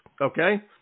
okay